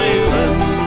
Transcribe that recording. Island